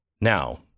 now